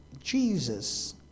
Jesus